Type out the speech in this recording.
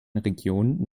regionen